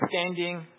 standing